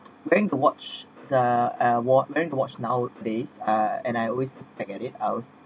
paying to watch the uh paying watch nowadays and I always forget about I always